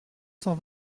cent